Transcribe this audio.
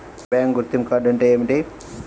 Bank గుర్తింపు card అంటే ఏమిటి?